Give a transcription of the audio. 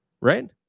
right